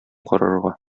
карарга